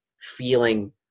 feeling